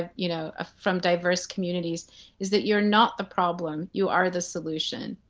ah you know ah from diverse communities is that you're not the problem. you are the solution.